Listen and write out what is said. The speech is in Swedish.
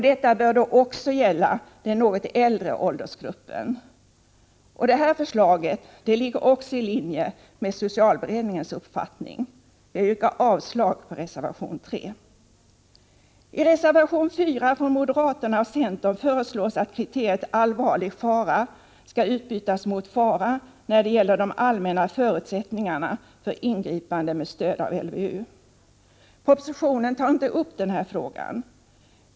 Detta bör också gälla den något äldre åldersgruppen. Förslaget ligger också i linje med socialberedningens uppfattning. Jag yrkar avslag på reservation 3. I reservation 4 från moderaterna och centern föreslås att kriteriet ”allvarlig fara” skall utbytas mot ”fara” när det gäller de allmänna förutsättningarna för ingripande med stöd av LVU. Propositionen tar inte upp denna fråga.